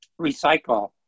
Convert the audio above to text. recycle